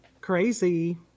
Crazy